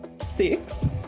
six